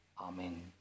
Amen